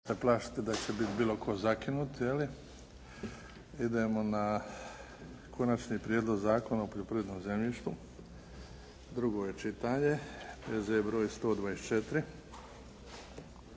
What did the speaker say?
se plašiti da će biti bilo tko zakinuti. Idemo na - Konačni prijedlog Zakona o poljoprivrednom zemljištu, drugo čitanje, P.Z. br. 124